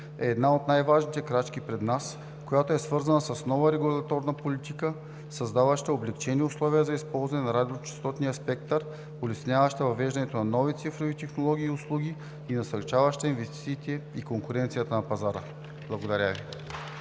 е една от най-важните крачки пред нас, която е свързана с нова регулаторна политика, създаваща облекчени условия за използване на радиочестотния спектър, улесняваща въвеждането на нови цифрови технологии и услуги и насърчаваща инвестициите и конкуренцията на пазара. Благодаря Ви.